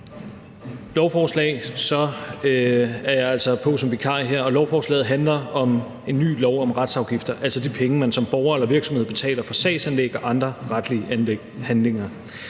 Lovforslaget handler om en ny lov om retsafgifter, altså de penge, man som borger eller virksomhed betaler for sagsanlæg og andre retlige handlinger.